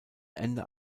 ende